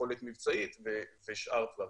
יכולת מבצעית ושאר דברים.